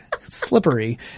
slippery